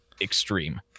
extreme